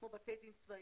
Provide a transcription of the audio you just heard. כמו בתי דין צבאיים,